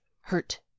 hurt